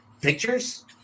pictures